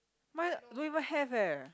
mine don't even have leh